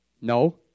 No